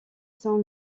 saint